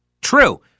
true